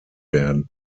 werden